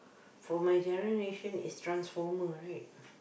for my generation is transformer right